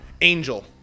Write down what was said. Angel